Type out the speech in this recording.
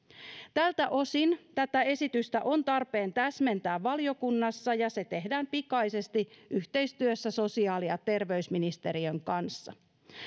tältä osin tätä esitystä on tarpeen täsmentää valiokunnassa ja se tehdään pikaisesti yhteistyössä sosiaali ja terveysministeriön kanssa